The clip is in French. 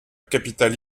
capitale